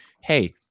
hey